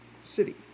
city